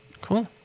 Cool